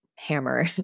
hammer